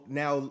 now